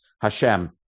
hashem